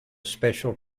special